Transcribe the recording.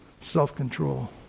Self-control